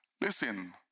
listen